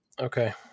Okay